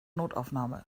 notaufnahme